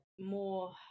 more